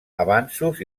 avanços